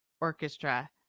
orchestra